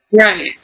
Right